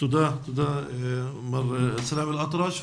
תודה מר סלאם אל אטרש.